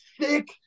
sick